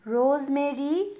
rosemary